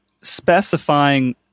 specifying